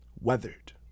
weathered